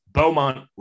Beaumont